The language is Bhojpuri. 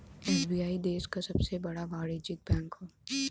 एस.बी.आई देश क सबसे बड़ा वाणिज्यिक बैंक हौ